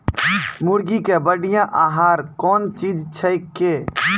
मुर्गी के बढ़िया आहार कौन चीज छै के?